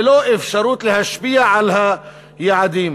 ללא אפשרות להשפיע על היעדים.